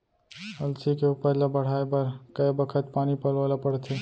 अलसी के उपज ला बढ़ए बर कय बखत पानी पलोय ल पड़थे?